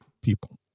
people